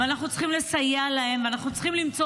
אנחנו צריכים לסייע להם ואנחנו צריכים למצוא